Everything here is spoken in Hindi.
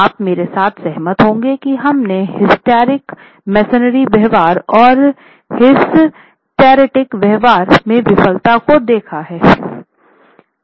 आप मेरे साथ सहमत होंगे कि हमने हिस्टैरिक मेसनरी व्यवहार और हिस्टेरेटिक व्यवहार में विफलता को देखा है